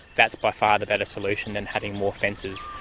that's by far the better solution than having more fences,